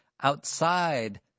outside